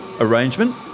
arrangement